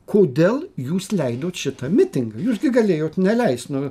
kodėl jūs leidot šitą mitingą jūs gi galėjot neleist nu